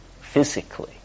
physically